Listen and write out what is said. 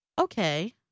okay